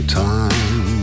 time